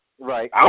Right